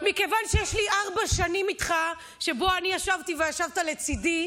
מכיוון שיש לי ארבע שנים איתך שבהן אני ישבתי וישבת לצידי,